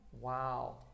Wow